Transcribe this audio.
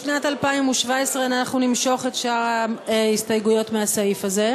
לשנת 2017 אנחנו נמשוך את שאר ההסתייגויות לסעיף הזה.